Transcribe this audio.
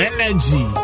Energy